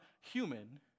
human